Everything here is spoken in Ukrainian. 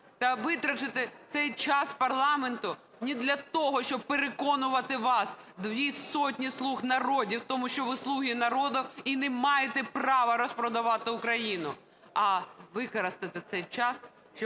та витратити цей час парламенту не для того, щоб переконувати вас, дві сотні "слуг народу", в тому, що ви – слуги народу і не маєте права розпродавати Україну, а використати цей час,